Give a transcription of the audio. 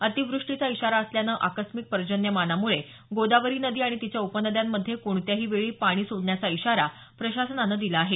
अतीवृष्टीचा इशारा असल्यानं आकस्मिक पर्जन्यमानामुळे गोदावरी नदी आणि तिच्या उपनद्यांमधे कोणत्याही वेळी पाणी सोडण्याचा इशारा प्रशासनानं दिला आहे